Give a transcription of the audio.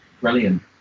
Brilliant